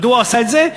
מדוע הוא עשה את זה?